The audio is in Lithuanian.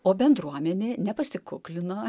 o bendruomenė nepasikuklino